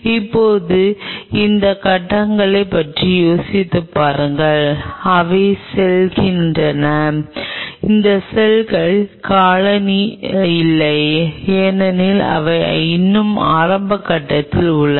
இப்போது இந்த கட்டங்களைப் பற்றி யோசித்துப் பாருங்கள் அவை செல்கின்றன இந்த செல்கள் காலனி இல்லை ஏனென்றால் அவை இன்னும் ஆரம்ப கட்டத்தில் உள்ளன